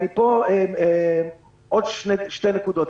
עוד שתי נקודות.